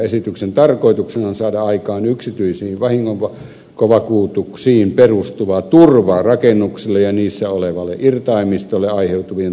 esityksen tarkoituksena on saada aikaan yksityisiin vahinkovakuutuksiin perustuva turva rakennuksille ja niissä olevalle irtaimistolle aiheutuvien tulvavahinkojen varalta